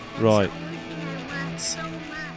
right